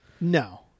no